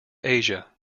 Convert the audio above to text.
asia